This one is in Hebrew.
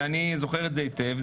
ואני זוכר את זה היטב,